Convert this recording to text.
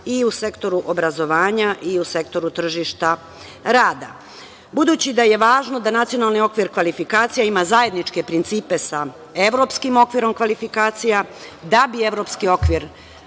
i u sektoru obrazovanja i u sektoru tržišta rada. Budući da je važno da nacionalni okvir kvalifikacija ima zajedničke principe sa evropskim okvirom kvalifikacija, da bi evropski okvir